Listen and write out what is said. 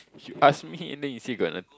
you ask me and then you say got